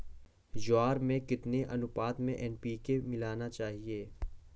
ज्वार में कितनी अनुपात में एन.पी.के मिलाना चाहिए?